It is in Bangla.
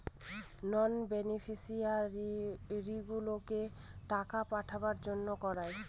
নন বেনিফিশিয়ারিগুলোকে টাকা পাঠাবার জন্য করায়